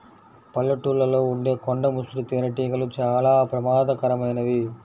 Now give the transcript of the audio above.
పల్లెటూళ్ళలో ఉండే కొండ ముసురు తేనెటీగలు చాలా ప్రమాదకరమైనవి